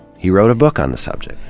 he wrote a book on the subject.